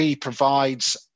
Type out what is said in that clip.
provides